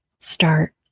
start